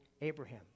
Abraham